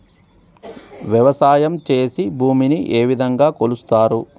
వ్యవసాయం చేసి భూమిని ఏ విధంగా కొలుస్తారు?